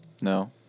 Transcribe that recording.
No